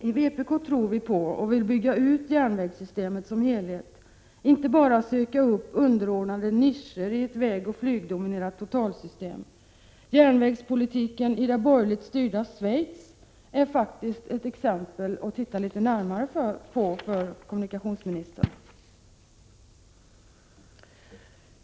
Inom vpk tror vi på och vill bygga ut järnvägssystemet som helhet, och inte bara söka upp underordnade nischer i ett vägoch flygdominerat totalsystem, Järnvägspolitiken i det borgerligt styrda Schweiz är ett exempel att titta litet närmare på för kommunikationsministern.